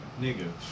Nigga